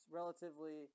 relatively